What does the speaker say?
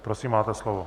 Prosím, máte slovo.